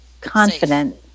confident